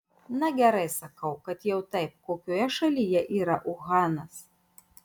na gerai sakau kad jau taip kokioje šalyje yra uhanas